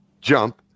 jump